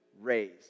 raised